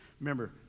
Remember